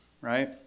right